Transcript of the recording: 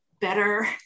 better